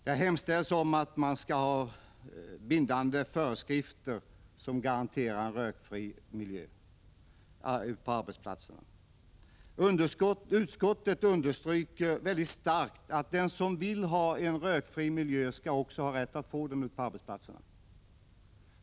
Där hemställs om bindande föreskrifter som garanterar en rökfri miljö på arbetsplatserna. Utskottet understryker väldigt starkt att den som vill ha en rökfri miljö på arbetsplatsen också skall ha rätt att få det.